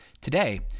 Today